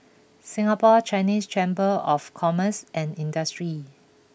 Singapore Chinese Chamber of Commerce and Industry